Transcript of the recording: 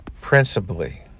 principally